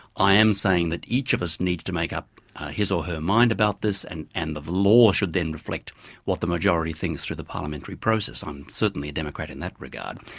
i am saying that each of us needs to make up his or her mind about this and and the law should then reflect what the majority thinks through the parliamentary process. i'm certainly a democrat in that regard.